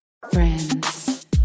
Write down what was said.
Friends